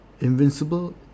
invincible